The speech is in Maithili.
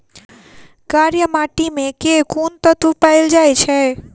कार्य माटि मे केँ कुन तत्व पैल जाय छै?